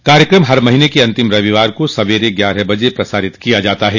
यह कार्यक्रम हर महीन के अंतिम रविवार को सवेरे ग्यारह बजे प्रसारित किया जाता है